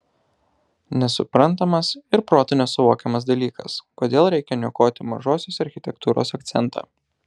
nesuprantamas ir protu nesuvokiamas dalykas kodėl reikia niokoti mažosios architektūros akcentą